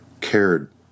cared